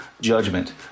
judgment